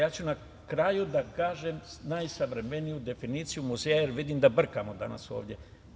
Na kraju ću da kažem najsavremeniju definiciju muzeja, jer vidim da brkamo danas ovde.